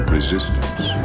Resistance